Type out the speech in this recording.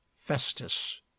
festus